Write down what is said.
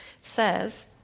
says